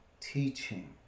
teaching